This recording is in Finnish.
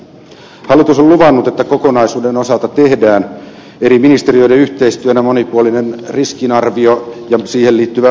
hallitus on luvannut että kokonaisuuden osalta tehdään eri ministeriöiden yhteistyönä monipuolinen riskinarvio ja siihen liittyvä ohjeistus